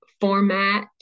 format